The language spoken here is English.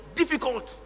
difficult